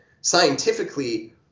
scientifically